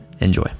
Enjoy